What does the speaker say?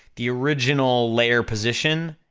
the original layer position,